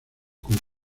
con